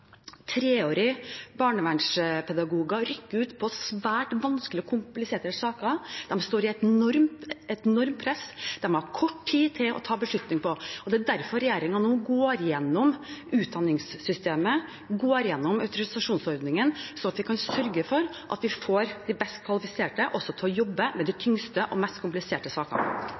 kompliserte saker. De står under et enormt press, og de har kort tid til å ta beslutninger. Det er derfor regjeringen nå går igjennom utdanningssystemet og autorisasjonsordningen, slik at vi kan sørge for at vi får de best kvalifiserte til å jobbe med de tyngste og mest kompliserte sakene.